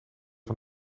van